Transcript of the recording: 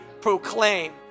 proclaim